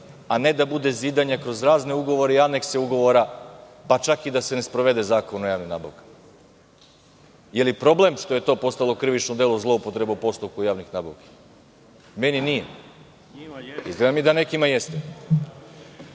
a ne da bude zidanje kroz razne ugovore i anekse ugovora, pa čak i da se ne sprovede Zakon o javnim nabavkama. Da li je problem što je to postalo krivično delo – zloupotreba u postupku javnih nabavki? Meni nije. Izgleda da nekima jeste. Kada